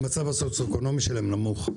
המצב הסוציו-אקונומי שלהם נמוך.